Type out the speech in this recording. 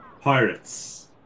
pirates